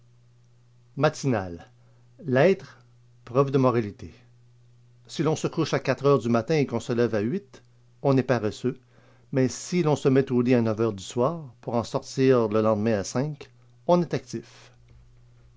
matinal l'être preuve de moralité si l'on se couche à quatre heures du matin et qu'on se lève à on est paresseux mais si l'on se met au lit à heures du soir pour en sortit le lendemain à on est actif